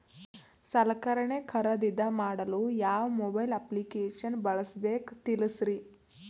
ಸಲಕರಣೆ ಖರದಿದ ಮಾಡಲು ಯಾವ ಮೊಬೈಲ್ ಅಪ್ಲಿಕೇಶನ್ ಬಳಸಬೇಕ ತಿಲ್ಸರಿ?